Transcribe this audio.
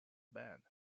band